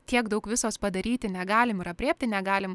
tiek daug visos padaryti negalim ir aprėpti negalim